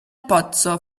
pozzo